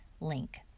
link